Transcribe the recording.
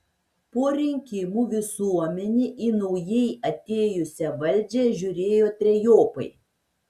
po rinkimų visuomenė į naujai atėjusią valdžią žiūrėjo trejopai